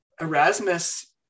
Erasmus